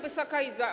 Wysoka Izbo!